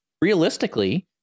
realistically